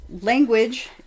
language